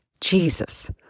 Jesus